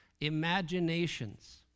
imaginations